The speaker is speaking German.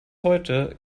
heute